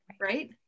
right